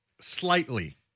slightly